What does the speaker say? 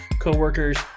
coworkers